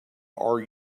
are